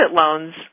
loans